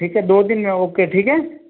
ठीक है दो दिन में ओके ठीक है